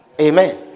amen